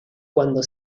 cuando